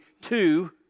two